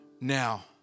now